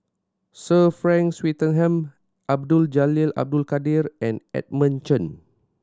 Sir Frank Swettenham Abdul Jalil Abdul Kadir and Edmund Chen